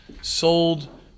sold